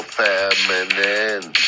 feminine